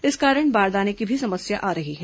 इस कारण बारदाने की भी समस्या आ रही है